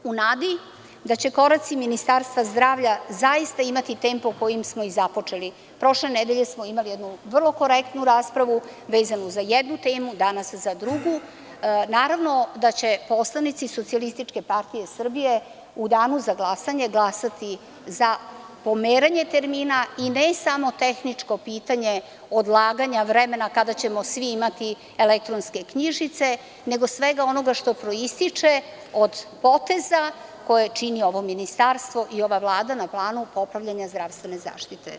U nadi da će koraci Ministarstva zdravlja zaista imati tempo kojim smo i započeli, prošle nedelje smo imali vrlo korektnu raspravu vezanu za jednu temu, danas za drugu, naravno da će poslanici SPS u Danu za glasanje glasati za pomeranje termina i ne samo tehničko pitanje odlaganja vremena kada ćemo svi imati elektronske knjižice, nego svega onoga što proističe od poteza koje čini ovo ministarstvo i ova Vlada na planu popravljanja zdravstvene zaštite.